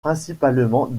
principalement